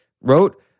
wrote